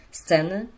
sceny